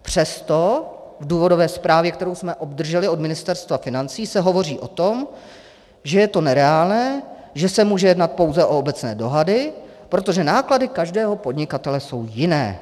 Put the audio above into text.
Přesto v důvodové zprávě, kterou jsme obdrželi od Ministerstva financí, se hovoří o tom, že je to nereálné, že se může jednat pouze o obecné dohady, protože náklady každého podnikatele jsou jiné.